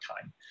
time